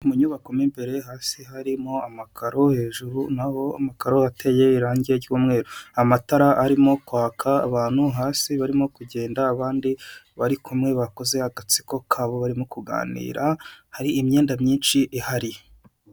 Mu nyubako n'imbere hasi harimo amakaro hejuru' amakaro ateye irangi ry'mweru amatara arimo kwaka abantu hasi barimo kugenda abandi bari kumwe bakoze agatsiko kabo barimo kuganira hari imyenda myinshi ihari.